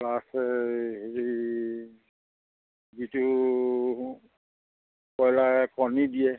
plus হেৰি যিটো ব্ৰইলাৰে কণী দিয়ে